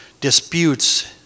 disputes